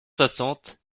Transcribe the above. soixante